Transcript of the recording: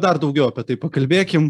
dar daugiau apie tai pakalbėkim